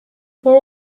for